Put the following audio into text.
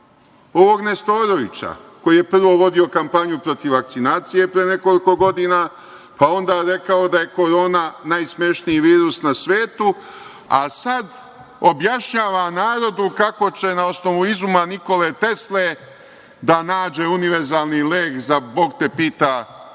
ovog Nestorovića, koji je prvo vodio kampanju protiv vakcinacije pre nekoliko godina, pa onda rekao da je korona najsmešniji virus na svetu, a sada objašnjava narodu kako će na osnovu izuma Nikole Tesle da nađe univerzalni lek za bog te pita šta